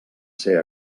ser